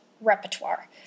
repertoire